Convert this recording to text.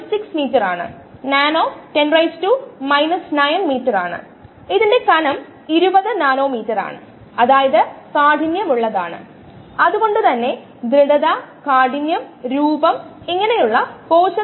അതായത് ഫ്രീ എൻസൈമിന്റെ മാസ് എന്നത് concentration of free enzyme volume ഇതുപോലത്തെ volume plus mass of enzyme അത് എൻസൈമ് സബ്സ്ട്രേറ്റ് കോംപ്ലക്സ് ആയി ബന്ധിച്ചിരിക്കുന്നു അത് എൻസൈമ് സബ്സ്ട്രേറ്റ് കോംപ്ലക്സ് വോളിയം ആണ്